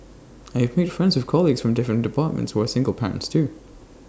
I have made friends with colleagues from different departments who are single parents too